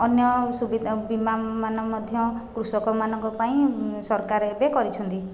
ଅନ୍ୟ ସୁବିଧା ବୀମା ମାନେ ମଧ୍ୟ କୃଷକମାନଙ୍କ ପାଇଁ ସରକାର ଏବେ କରିଛନ୍ତି